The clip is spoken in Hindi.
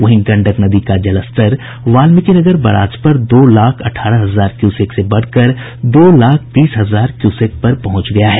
वहीं गंडक नदी का जल स्तर वाल्मीकिनगर बराज पर दो लाख अठारह हजार क्यूसेक से बढ़कर दो लाख तीस हजार क्यूसेक पर पहुंच गया है